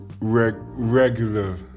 regular